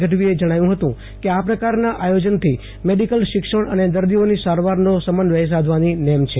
ગઢવીએ જણાવ્યું હતું કે આ પ્રકારના આયોજન થી મેડિકલ શિક્ષણ અને દર્દીઓની સારવારનો સમન્વય સાધવાની નેમ છે